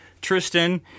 Tristan